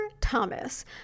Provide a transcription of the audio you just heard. Thomas